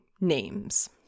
names